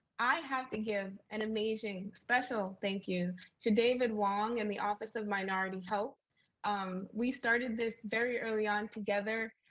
i have to give an amazing, special thank you to david wong and the office of minority hope and um we started this very early on together.